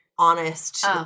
Honest